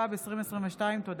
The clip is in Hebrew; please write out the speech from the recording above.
התשפ"ב 2022. תודה.